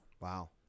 Wow